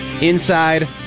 inside